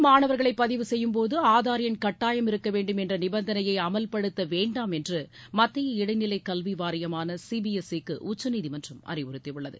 NEET தேர்வுக்கு மாணவர்களை பதிவு செய்யும்போது ஆதார் எண் கட்டாயம் இருக்க வேண்டும் என்ற நிபந்தனையை அமல்படுத்த வேண்டாமென்று மத்திய இடைநிலைக் கல்வி வாரியமான சிபிஎஸ்ஈ க்கு உச்சநீதிமன்றம் அறிவுறுத்தியுள்ளது